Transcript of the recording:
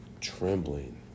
trembling